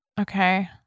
Okay